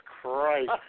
Christ